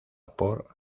por